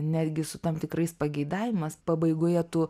netgi su tam tikrais pageidavimas pabaigoje tu